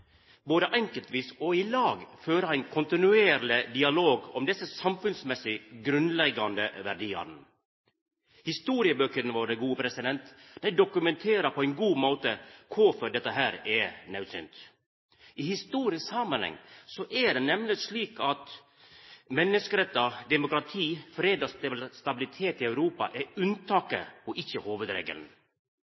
både enkeltvis og i lag – føra ein kontinuerleg dialog om desse samfunnsmessig grunnleggjande verdiane. Historiebøkene våre dokumenterer på ein god måte kvifor dette er naudsynt. I historisk samanheng er det nemleg slik at menneskerettar, demokrati, fred og stabilitet i Europa er unntaket og ikkje hovudregelen.